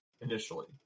initially